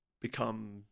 become